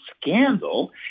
scandal